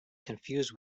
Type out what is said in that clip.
confused